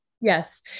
Yes